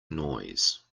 noise